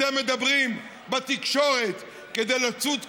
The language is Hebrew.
אתם אומרים בתקשורת, כדי לצוד קולות,